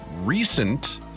recent